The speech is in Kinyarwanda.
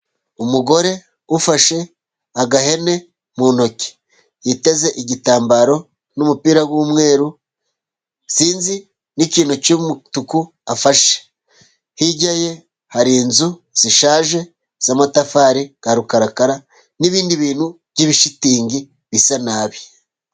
Umugore ufashe agahene mu ntoki, yiteze igitambaro n'umupira w'umweru, sinzi n'ikintu cy'umutuku afashe. Hirya ye hari inzu zishaje z'amatafari ya rukarakara, n'ibindi bintu by'ibishitingi bisa nabi.